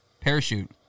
parachute